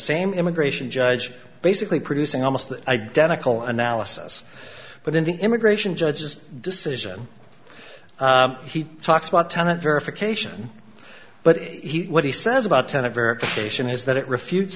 same immigration judge basically producing almost identical analysis but in the immigration judge's decision he talks about tenant verification but he what he says about ten of verification is that it refu